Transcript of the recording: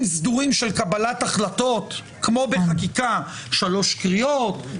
סדורים של קבלת החלטות כמו בחקיקה: שלוש קריאות,